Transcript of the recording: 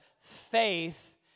faith